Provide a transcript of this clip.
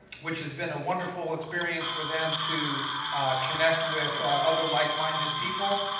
which has been a wonderful experience for them to connect with other like-minded people.